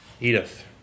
Edith